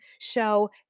show